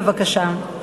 בבקשה.